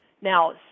Now